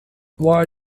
why